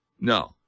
No